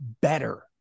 better